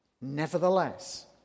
Nevertheless